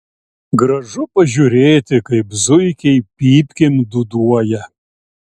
gražu pažiūrėti kaip zuikiai pypkėm dūduoja